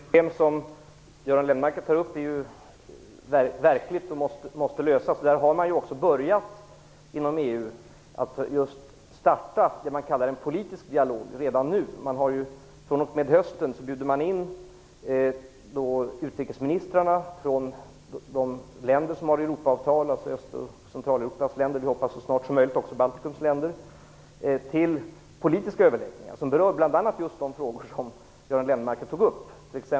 Fru talman! De problem som Göran Lennmarker tar upp är verkliga och måste lösas. Inom EU har man redan nu startat det som man kallar en politisk dialog. Sedan i höstas bjuder man in utrikesministrarna från de länder som har Europaavtal, dvs. Öst och Centraleuropas länder, till politiska överläggningar. Vi hoppas att detta så snart som möjligt också skall gälla Baltikums länder. Man berör bl.a. just de frågor som Göran Lennmarker tog upp.